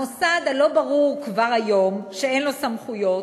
המוסד הלא-ברור כבר היום, שאין לו סמכויות,